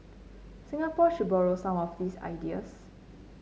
Singapore should borrow some of these ideas